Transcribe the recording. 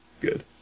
good